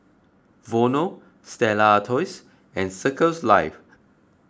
Vono Stella Artois and Circles Life